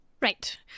right